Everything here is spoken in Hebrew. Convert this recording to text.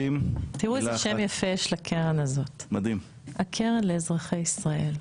תראו איזה שם יפה יש לקרן הזאת: הקרן לאזרחי ישראל.